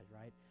right